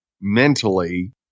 mentally